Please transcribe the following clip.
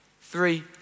Three